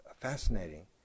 fascinating